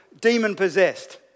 Demon-possessed